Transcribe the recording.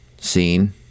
scene